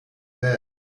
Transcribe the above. bed